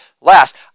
Last